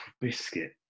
biscuit